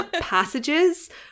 Passages